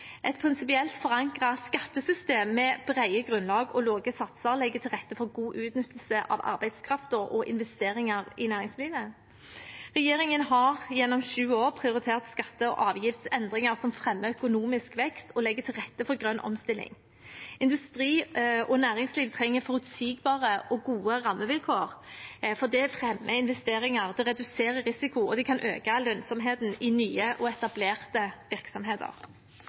Et prinsipielt forankret skattesystem med brede grunnlag og lave satser legger til rette for god utnyttelse av arbeidskraft og investeringer i næringslivet. Regjeringen har gjennom sju år prioritert skatte- og avgiftsendringer som fremmer økonomisk vekst og legger til rette for grønn omstilling. Industri og næringsliv trenger forutsigbare og gode rammevilkår, for det fremmer investeringer, det reduserer risiko, og det kan øke lønnsomheten i nye og etablerte virksomheter.